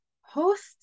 host